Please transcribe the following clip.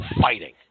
fighting